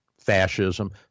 fascism